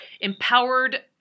empowered